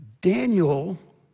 Daniel